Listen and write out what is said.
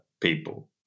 people